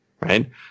Right